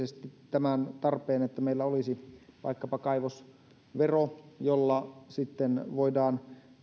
tarpeen että meillä olisi vaikkapa kaivosvero jolla sitten voidaan